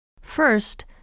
First